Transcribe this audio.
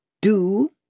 Do